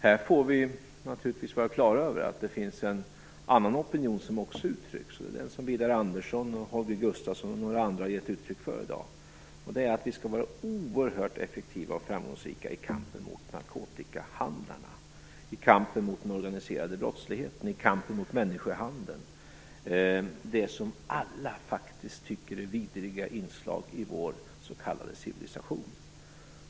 Vi får naturligtvis vara klara över att det finns en annan opinion som också uttrycks. Det är den som Widar Andersson, Holger Gustafsson och några andra har givit uttryck för i dag. Den gäller att vi skall vara oerhört effektiva och framgångsrika i kampen mot narkotikahandlarna, i kampen mot den organiserade brottsligheten och i kampen mot människohandeln - det som alla faktiskt tycker är vidriga inslag i vår s.k. civilisation.